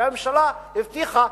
והממשלה הבטיחה,